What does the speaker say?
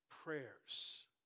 Prayers